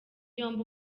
yombi